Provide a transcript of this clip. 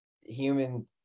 human